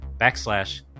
backslash